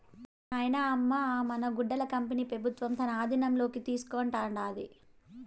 నాయనా, అమ్మ అ మన గుడ్డల కంపెనీ పెబుత్వం తన ఆధీనంలోకి తీసుకుంటాండాది